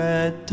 Red